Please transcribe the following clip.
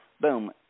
boom